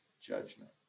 judgment